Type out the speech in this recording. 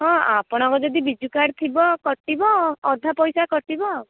ହଁ ଆପଣଙ୍କ ଯଦି ବିଜୁ କାର୍ଡ଼ ଥିବ କଟିବ ଅଧା ପଇସା କଟିବ